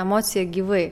emociją gyvai